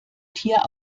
tier